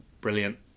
brilliant